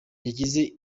yagize